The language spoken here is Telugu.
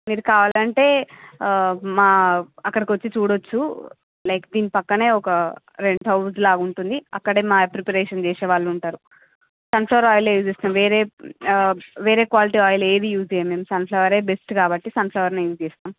మీరు కావాలంటే మా అక్కడి కొచ్చి చూడొచ్చు లైక్ దీని పక్కనే ఒక రెంట్హౌస్లా ఉంటుంది అక్కడే మా ప్రిపరేషన్ చేసే వాళ్ళు ఉంటారు సన్ఫ్లవర్ ఆయిలే యూజ్ చేస్తాము వేరే వేరే క్వాలిటీ ఆయిల్ ఏది యూజ్ చేయం మేం సన్ఫ్లవరే బెస్ట్ కాబట్టి సన్ఫ్లవర్నే యూజ్ చేస్తాం